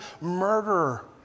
murderer